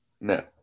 No